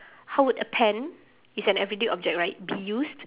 how would a pen it's an everyday object right be used